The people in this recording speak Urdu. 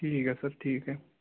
ٹھیک ہے سر ٹھیک ہے